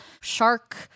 shark